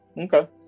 okay